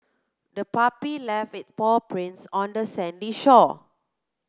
the puppy left its paw prints on the sandy shore